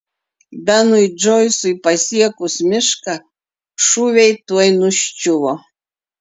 benui džoisui pasiekus mišką šūviai tuoj nuščiuvo